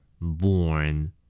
Born